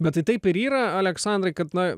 bet tai taip ir yra aleksandrai kad na